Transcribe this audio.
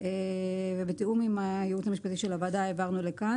שכללנו ובתיאום עם הייעוץ המשפטי של הוועדה העברנו לכאן.